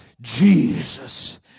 Jesus